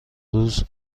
روز